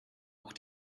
auch